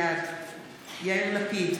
בעד יאיר לפיד,